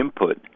input